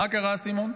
מה קרה, סימון?